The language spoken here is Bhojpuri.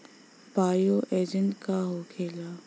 बायो एजेंट का होखेला?